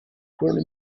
fueron